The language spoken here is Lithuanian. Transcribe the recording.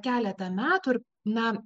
keletą metų ir na